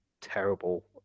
terrible